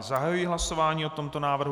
Zahajuji hlasování o tomto návrhu.